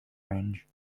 range